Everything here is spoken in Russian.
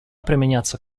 применяться